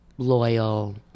loyal